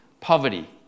poverty